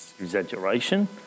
Exaggeration